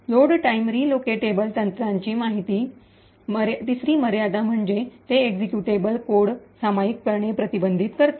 load time relocatable तंत्राची तिसरी मर्यादा म्हणजे ते एक्झिक्युटेबल कोड सामायिक करणे प्रतिबंधित करते